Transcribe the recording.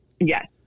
Yes